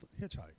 hitchhike